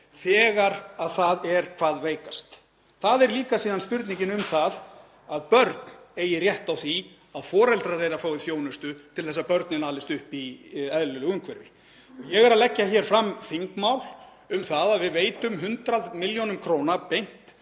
þegar það er hvað veikast. Það er líka spurningin um að börn eigi rétt á því að foreldrar þeirra fái þjónustu til að þau alist upp í eðlilegu umhverfi. Ég er að leggja fram þingmál um að við veitum 100 millj. kr. beint